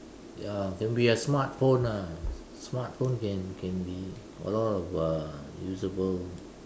ya can be a smartphone ah smartphone can can be a lot of uh usable